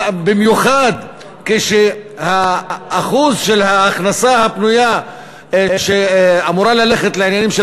במיוחד כשהאחוז של ההכנסה הפנויה שאמורה ללכת לעניינים של